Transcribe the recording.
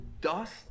dust